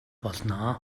болно